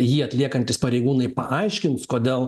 jį atliekantys pareigūnai paaiškins kodėl